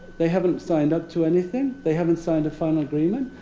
they haven't signed up to anything. they haven't signed a final agreement.